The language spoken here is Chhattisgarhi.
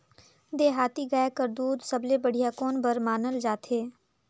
देहाती गाय कर दूध सबले बढ़िया कौन बर मानल जाथे?